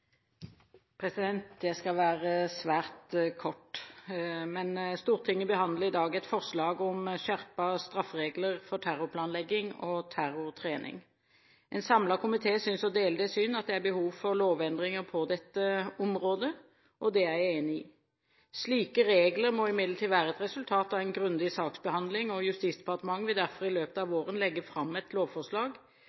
Jeg skal være svært kort. Stortinget behandler i dag et forslag om skjerpede strafferegler for terrorplanlegging og terrortrening. En samlet komité synes å dele det syn at det er behov for lovendringer på dette området, og det er jeg enig i. Slike regler må imidlertid være et resultat av grundig saksbehandling, og Justisdepartementet vil derfor i løpet av